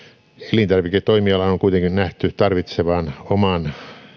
elintarviketoimialan on on kuitenkin nähty tarvitsevan oman